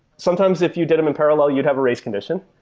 sometimes if you did them in parallel, you'd have a race condition.